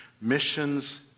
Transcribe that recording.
Missions